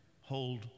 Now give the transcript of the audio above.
hold